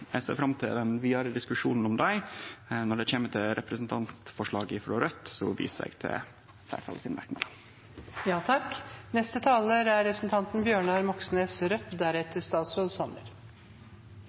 Eg ser fram til den vidare diskusjonen om dei. Når det kjem til representantforslaget frå Raudt, viser eg til